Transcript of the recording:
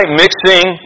mixing